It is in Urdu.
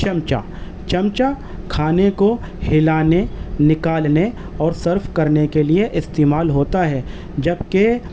چمچہ چمچہ کھانے کو ہلانے نکالنے اور سرو کرنے کے لیے استعمال ہوتا ہے جب کہ